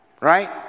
right